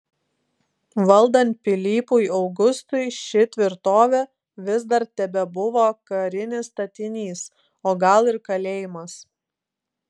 valdant pilypui augustui ši tvirtovė vis dar tebebuvo karinis statinys o gal ir kalėjimas